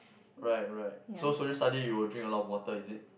right right so social study you will drink a lot of water is it